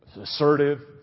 assertive